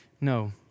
no